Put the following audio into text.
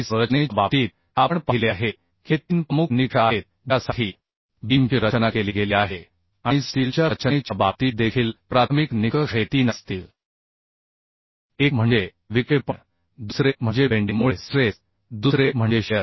संरचनेच्या बाबतीत आपण पाहिले आहे की हे तीन प्रमुख निकष आहेत ज्यासाठी बीमची रचना केली गेली आहे आणि स्टीलच्या रचनेच्या बाबतीत देखील प्राथमिक निकष हे तीन असतील एक म्हणजे विक्षेपण दुसरे म्हणजे बेंडिंग मुळे स्ट्रेस दुसरे म्हणजे शिअर